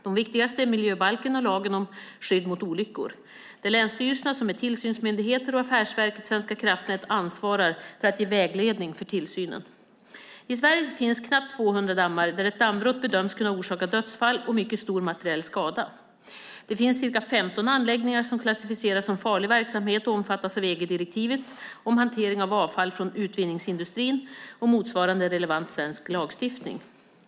De viktigaste är miljöbalken och lagen om skydd mot olyckor. Det är länsstyrelserna som är tillsynsmyndigheter, och Affärsverket svenska kraftnät ansvarar för att ge vägledning för tillsynen. I Sverige finns knappt 200 dammar där ett dammbrott bedöms kunna orsaka dödsfall och mycket stor materiell skada. Det finns ca 15 anläggningar som klassificeras som farlig verksamhet och omfattas av EG-direktivet om hantering av avfall från utvinningsindustri och motsvarande relevant svensk lagstiftning.